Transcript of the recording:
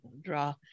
Draw